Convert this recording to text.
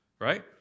right